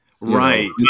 Right